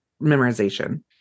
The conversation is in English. memorization